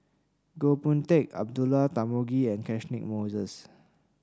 Goh Boon Teck Abdullah Tarmugi and Catchick Moses